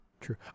true